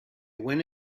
went